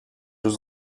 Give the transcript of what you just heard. was